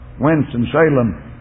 Winston-Salem